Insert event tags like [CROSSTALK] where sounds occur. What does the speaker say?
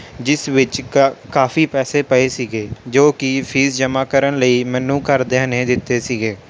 ਜਿਸ ਵਿੱਚ [UNINTELLIGIBLE] ਕਾਫੀ ਪੈਸੇ ਪਏ ਸੀ ਜੋ ਕਿ ਫੀਸ ਜਮ੍ਹਾ ਕਰਨ ਲਈ ਮੈਨੂੰ ਘਰਦਿਆਂ ਨੇ ਦਿੱਤੇ ਸੀ